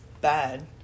bad